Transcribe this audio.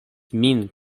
min